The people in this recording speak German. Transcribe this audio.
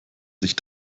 sich